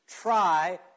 try